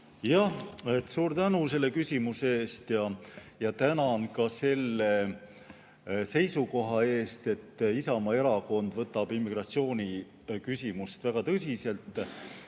Suur tänu selle küsimuse eest ja tänan ka selle seisukoha eest, et Isamaa Erakond võtab immigratsiooni küsimust väga tõsiselt.